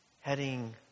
heading